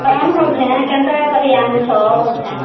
କ'ଣ ବୋଲୁଛେ କେନ୍ତା କରି ଆଣୁଛ ବୋଲ୍ଛେ